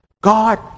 God